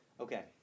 Okay